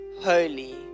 holy